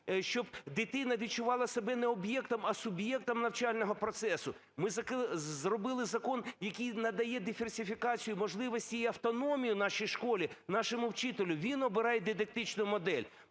щоб дитина відчувала себе не об'єктом, а суб'єктом навчального процесу. Ми зробили закон, який надає диверсифікацію можливостей і автономію нашій школі, нашому вчителю, він обирає дидактичну модель.